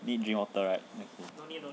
need drink water right